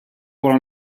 wara